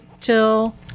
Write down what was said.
till